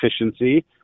efficiency